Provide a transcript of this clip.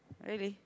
really